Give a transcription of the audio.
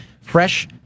fresh